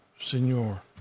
Senor